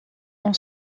ont